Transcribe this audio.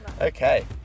Okay